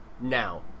now